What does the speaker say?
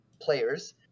players